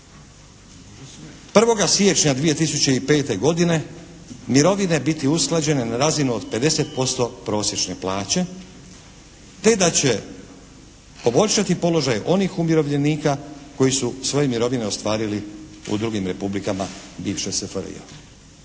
1. siječnja 2005. godine mirovine biti usklađene na razinu od 50% prosječne plaće, te da će poboljšati položaj onih umirovljenika koji su svoje mirovine ostvarili u drugim republikama bivše SFRJ.